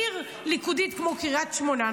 עיר ליכודית כמו קריית שמונה,